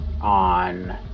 on